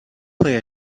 play